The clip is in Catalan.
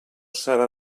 serà